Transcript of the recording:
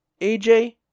AJ